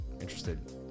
interested